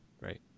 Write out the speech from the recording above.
right